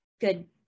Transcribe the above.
good